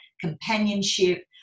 companionship